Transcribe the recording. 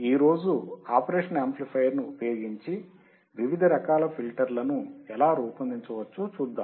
ఈ రోజు operational amplifier ని ఉపయోగించి వివిధ రకాల ఫిల్టర్లను ఎలా రూపొందించవచ్చో చూద్దాం